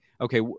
okay